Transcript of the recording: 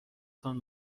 تان